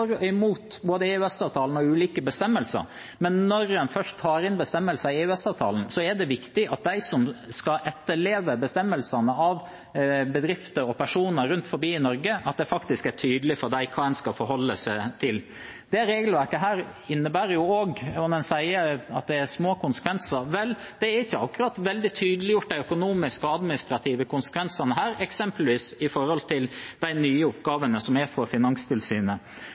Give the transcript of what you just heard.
både EØS-avtalen og ulike bestemmelser, men når en først tar inn bestemmelser i EØS-avtalen, er det viktig at det for de bedrifter og personer rundt om i Norge som skal etterleve bestemmelsene, er tydelig hva en skal forholde seg til. En sier at det er små konsekvenser. Vel, de økonomiske og administrative konsekvensene er ikke akkurat veldig tydeliggjort, eksempelvis i forhold til de nye oppgavene fra Finanstilsynet. Så til ELTIF-forordningen, som åpner for markedsføring til ikke-profesjonelle aktører. Her er det snakk om produkter som både er